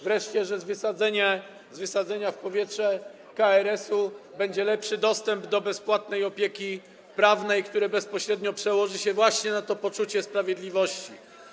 Wreszcie, że dzięki wysadzeniu w powietrze KRS-u będzie lepszy dostęp do bezpłatnej opieki prawnej, co bezpośrednio przełoży się właśnie na to poczucie sprawiedliwości.